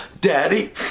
Daddy